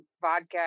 vodka